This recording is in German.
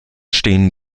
stehen